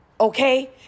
Okay